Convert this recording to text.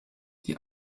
die